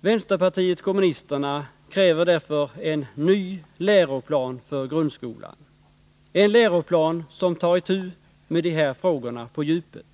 Vpk kräver därför en ny läroplan för grundskolan — en läroplan som tar itu med de här frågorna på djupet.